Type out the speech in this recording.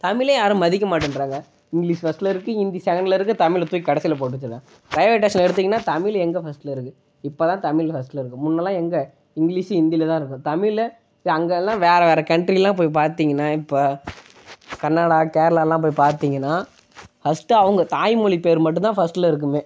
தமிழை யாரும் மதிக்க மாட்டேன்றாங்க இங்கிலிஷ் ஃபஸ்ட்ல இருக்குது ஹிந்தி செகண்ட்ல இருக்குது தமிழை தூக்கி கடைசியில போட்டு வச்சிருக்காங்க ரயில்வே ஸ்டேஷன் எடுத்திங்கனா தமிழ் எங்கே ஃபஸ்ட்ல இருக்குது இப்போ தான் தமிழ் ஃபஸ்ட்ல இருக்குது முன்னெலாம் எங்கே இங்கிலிஷ் ஹிந்தியில தான் இருக்கும் தமிழ்ல அங்கெலாம் வேறு வேறு கண்ட்ரிலாம் போய் பார்த்திங்கனா இப்போ கனடா கேரளாலாம் போய் பார்த்திங்கனா ஃபஸ்ட் அவங்க தாய்மொழி பேர் மட்டும் தான் ஃபஸ்ட்ல இருக்குமே